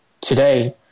today